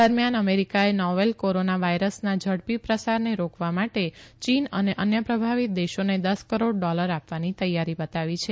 દરમિયાન અમેરીકાએ novel corona વાયરસના ઝડાી પ્રસારને રોકવા માટે ચીન અને અન્ય પ્રભાવિત દેશોને દસ કરોડ ડોલર આ વાની તૈયારી બતાવી છે